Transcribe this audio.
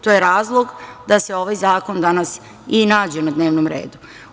To je razlog da se ovaj zakon danas i nađe na dnevnom redu.